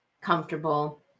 comfortable